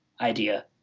idea